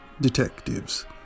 detectives